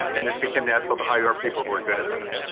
and it became natural to hire people who are good at that.